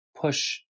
push